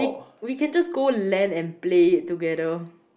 we can just go L_A_N and play it together